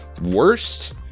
worst